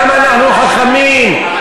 גם אנחנו חכמים,